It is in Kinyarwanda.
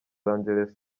angeles